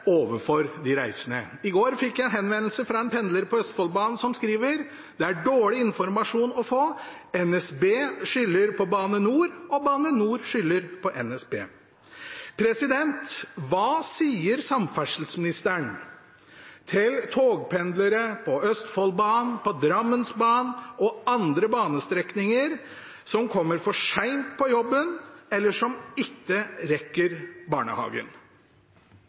overfor de reisende? I går fikk jeg en henvendelse fra en pendler på Østfoldbanen, som skriver: Det er dårlig informasjon å få. NSB skylder på Bane NOR, og Bane NOR skylder på NSB. Hva sier samferdselsministeren til togpendlere på Østfoldbanen, på Drammensbanen og andre banestrekninger, som kommer for sent på jobben, eller som ikke rekker barnehagen?